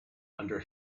under